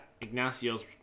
Ignacio's